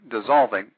dissolving